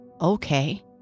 okay